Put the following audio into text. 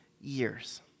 years